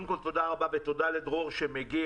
קודם כל תודה רבה ותודה לדרור שמגיע.